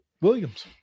Williams